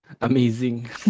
Amazing